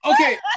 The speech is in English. okay